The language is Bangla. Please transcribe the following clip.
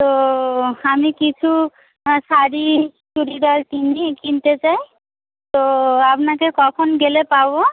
তো আমি কিছু শাড়ি চুড়িদার কিনি কিনতে চাই তো আপনাকে কখন গেলে পাবো